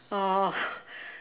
oh